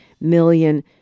million